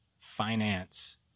finance